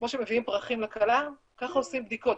כמו שמביאים פרחים לכלה ככה עושים בדיקות.